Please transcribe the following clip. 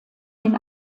den